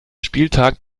spieltag